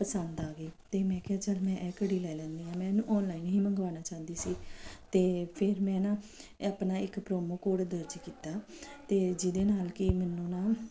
ਪਸੰਦ ਆ ਗਈ ਅਤੇ ਮੈਂ ਕਿਹਾ ਚੱਲ ਮੈਂ ਇਹ ਘੜੀ ਲੈ ਲੈਂਦੀ ਹਾਂ ਮੈਂ ਇਹਨੂੰ ਆਨਲਾਈਨ ਹੀ ਮੰਗਵਾਉਣਾ ਚਾਹੁੰਦੀ ਸੀ ਅਤੇ ਫਿਰ ਮੈਂ ਨਾ ਆਪਣਾ ਇੱਕ ਪ੍ਰੋਮੋ ਕੋਡ ਦਰਜ ਕੀਤਾ ਅਤੇ ਜਿਹਦੇ ਨਾਲ ਕਿ ਮੈਨੂੰ ਨਾ